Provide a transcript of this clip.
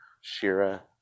Shira